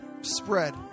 Spread